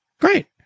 great